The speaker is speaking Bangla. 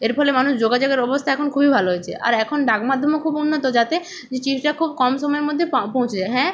এর ফলে মানুষ যোগাযোগের অবস্থা এখন খুবই ভালো হয়েছে আর এখন ডাক মাধ্যমও খুব উন্নত যাতে যে চিঠিটা খুব কম সময়ের মধ্যে পা পৌঁছে যায় হ্যাঁ